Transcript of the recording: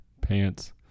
pants